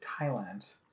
Thailand